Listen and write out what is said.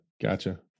Gotcha